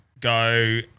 go-